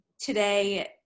today